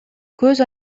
көз